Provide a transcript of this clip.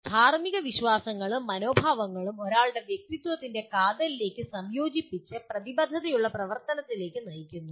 ധാർമ്മിക വിശ്വാസങ്ങളും മനോഭാവങ്ങളും ഒരാളുടെ വ്യക്തിത്വത്തിന്റെ കാതലിലേക്ക് സംയോജിപ്പിച്ച് പ്രതിബദ്ധതയുള്ള പ്രവർത്തനത്തിലേക്ക് നയിക്കുന്നു